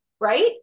right